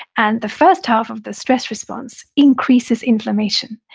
and the first half of the stress response increases inflammation,